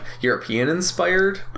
European-inspired